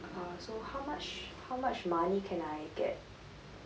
ah so how much how much money can I get